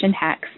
hacks